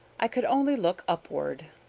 i could only look upward.